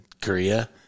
Korea